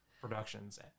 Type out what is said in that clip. productions